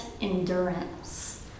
endurance